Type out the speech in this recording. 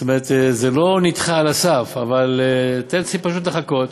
זאת אומרת, זה לא נדחה על הסף, אבל פשוט לחכות